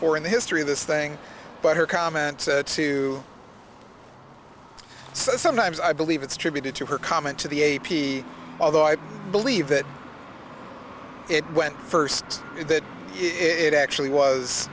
for in the history of this thing but her comment to sometimes i believe it's tribute to her comment to the a p although i believe that it went first in that it actually was